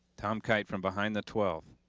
tom kite from behind the twelfth